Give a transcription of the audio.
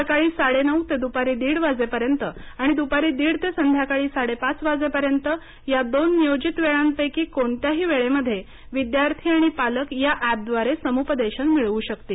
सकाळी साडे नऊ ते दुपारी दीड वाजेपर्यंत आणि दुपारी दीड ते संध्याकाळी साडे पाच वाजेपर्यंत या दोन नियोजित वेळांपैकी कोणत्याही वेळेमध्ये विद्यार्थी आणि पालक या एपद्वारे समुपदेशन मिळवू शकतील